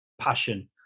passion